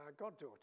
goddaughter